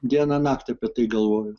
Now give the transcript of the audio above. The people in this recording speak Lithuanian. dieną naktį apie tai galvoju